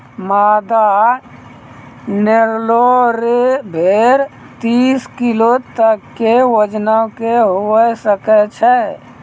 मादा नेल्लोरे भेड़ तीस किलो तक के वजनो के हुए सकै छै